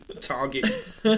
Target